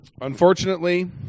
Unfortunately